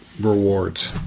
rewards